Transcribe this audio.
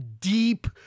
deep